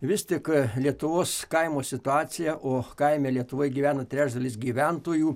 vis tik lietuvos kaimo situacija o kaime lietuvoj gyvena trečdalis gyventojų